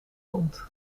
komt